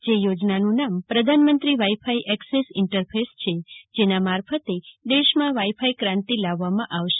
આ યોજનાનું નામ પ્રધાનમંત્રી વાઈ ફાઈ એક્સેસ ઈન્ટરફેસ છે જેના મારફતે દેશમાં વાઈ ફાઈ ક્રાંતિ લાવવામાં આવશે